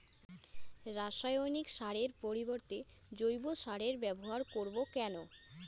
রাসায়নিক সারের পরিবর্তে জৈব সারের ব্যবহার করব কেন?